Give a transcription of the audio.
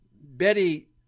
Betty